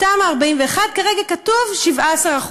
בתמ"א 41 כרגע כתוב 17%,